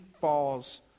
falls